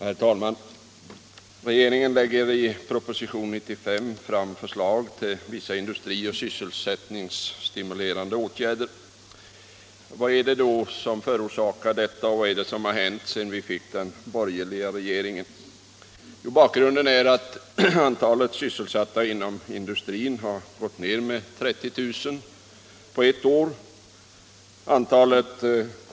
Herr talman! Regeringen lägger i propositionen 95 fram förslag till vissa industri och sysselsättningsstimulerande åtgärder. Vad är det då som har hänt sedan vi fick den borgerliga regeringen? Bakgrunden är att antalet sysselsatta inom industrin har gått ned med 30 000 på ett år.